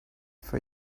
for